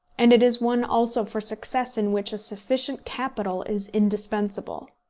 and it is one also for success in which a sufficient capital is indispensable.